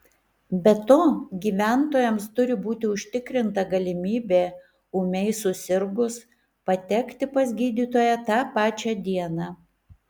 be to gyventojams turi būti užtikrinta galimybė ūmiai susirgus patekti pas gydytoją tą pačią dieną